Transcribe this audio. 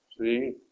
See